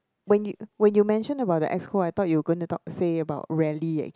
when you when you mention about the Exco I thought you going to talk say about rally